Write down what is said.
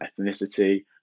ethnicity